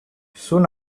soon